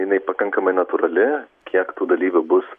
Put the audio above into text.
jinai pakankamai natūrali kiek tų dalyvių bus